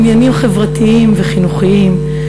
עניינים חברתיים וחינוכיים,